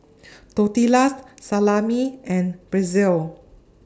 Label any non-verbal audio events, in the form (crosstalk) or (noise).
(noise) Tortillas Salami and Pretzel